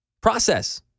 process